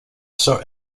sir